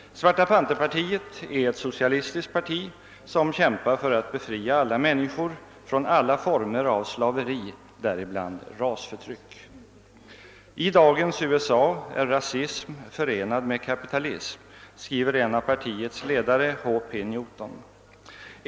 Black Panthers är ett socialistiskt parti, som kämpar för att befria alla människor från alla former av slaveri, däribland rasförtryck. »I dagens USA är rasism förenad med kapitalism», skriver en av partiets ledare Huye P. Newton.